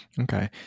Okay